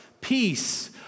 peace